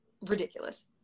ridiculous